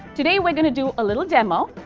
today we're gonna do a little demo.